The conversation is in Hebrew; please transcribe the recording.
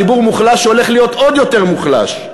ציבור מוחלש שהולך להיות עוד יותר מוחלש.